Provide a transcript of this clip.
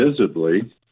visibly